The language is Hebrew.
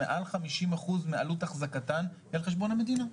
שמעל 50% מעלות אחזקתם היא על חשבון המדינה.